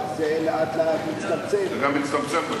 זה לאט-לאט מצטמצם,